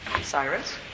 Cyrus